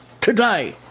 today